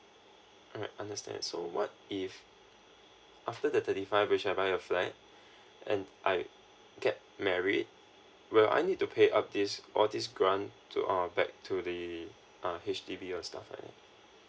alright understand so what if after the thirty five which I buy a flat and I get married will I need to pay up this all these grant to err back to the uh H_D_B or stuff like that